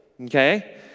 okay